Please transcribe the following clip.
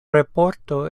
raporto